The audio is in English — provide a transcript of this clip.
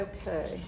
Okay